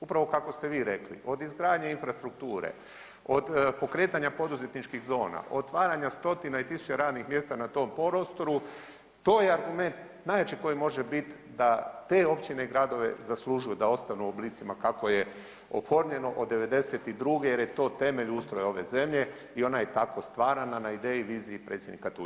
Upravo kako ste vi rekli, od izgradnje infrastrukture, od pokretanja poduzetničkih zona, otvaranja stotina i tisuća radnih mjesta na tom prostoru, to je argument najjači koji može biti da te općine i gradove zaslužuju da ostanu u oblicima kako je oformljeno od '92. jer je to temelj ustroja ove zemlje i ona je tako stvarana na ideji i viziji predsjednika Tuđmana.